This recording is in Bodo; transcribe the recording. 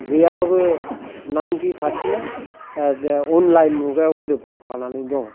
गैयाबाबो नाइनटि पारचेप्टआ अनलाइन मुगायाव गोरोबफानानै दं